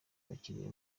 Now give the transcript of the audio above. abakiliya